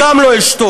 גם לא אשתוק.